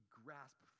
grasp